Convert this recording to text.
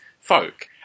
folk